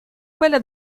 quella